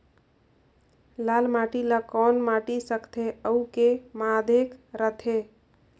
लाल माटी ला कौन माटी सकथे अउ के माधेक राथे?